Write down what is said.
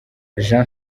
jean